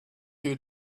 you